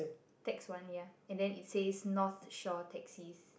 tax one ya and then it says North Shore taxi